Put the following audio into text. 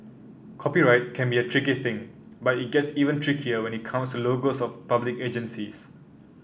copyright can be a tricky thing but it gets even trickier when it comes logos of public agencies